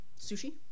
Sushi